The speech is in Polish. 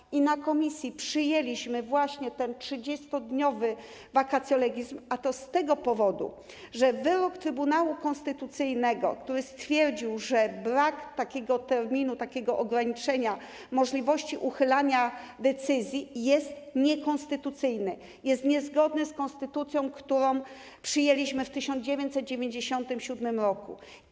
Na posiedzeniu komisji przyjęliśmy właśnie to 30-dniowe vacatio legis, a to z tego powodu, że wyrok Trybunału Konstytucyjnego stwierdził, że brak takiego terminu, takiego ograniczenia możliwości uchylania decyzji jest niekonstytucyjny, jest niezgodny z konstytucją, którą przyjęliśmy w 1997 r.